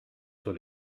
sur